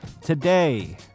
Today